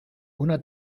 una